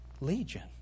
Legion